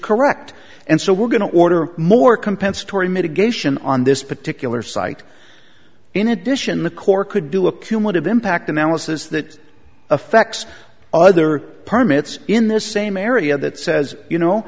correct and so we're going to order more compensatory mitigation on this particular site in addition the corps could do a cumulative impact analysis that affects other permits in the same area that says you know